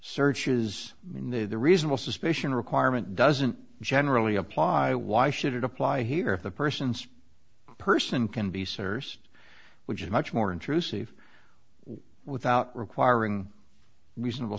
searches the reasonable suspicion requirement doesn't generally apply why should it apply here if the person's person can be searched which is much more intrusive without requiring reasonable